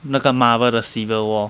那个 Marvel 的 civil war